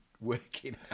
Working